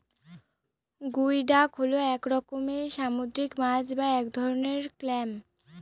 গুই ডাক হল এক রকমের সামুদ্রিক মাছ বা এক ধরনের ক্ল্যাম